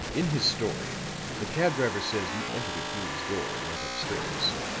in his story the cab driver says you entered at hume's door and went upstairs.